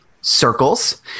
circles